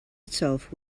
itself